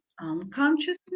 unconsciousness